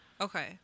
Okay